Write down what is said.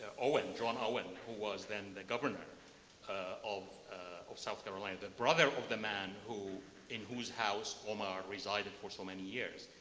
owen, john owen who was then the governor of of south carolina, the brother of the man in whose house omar resided for so many years.